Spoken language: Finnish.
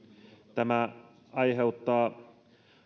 tämä aiheuttaa